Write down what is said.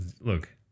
Look